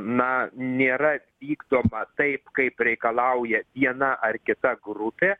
na nėra vykdoma taip kaip reikalauja viena ar kita grupė